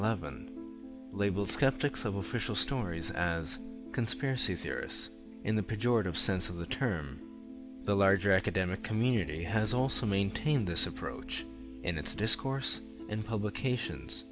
eleven label skeptics of official stories as conspiracy theorists in the pejorative sense of the term the larger academic community has also maintained this approach in its discourse in publications